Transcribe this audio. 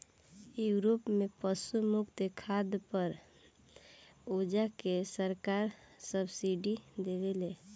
Europe में पशु मुक्त खाद पर ओजा के सरकार सब्सिडी देवेले